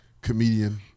comedian